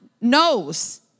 knows